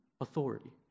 authority